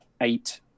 eight